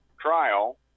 trial